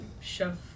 shove